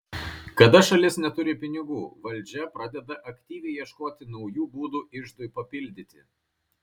kada šalis neturi pinigų valdžia pradeda aktyviai ieškoti naujų būdų iždui papildyti